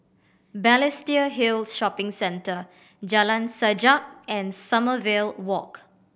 Balestier Hill Shopping Centre Jalan Sajak and Sommerville Walk